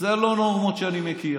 זה לא נורמות שאני מכיר.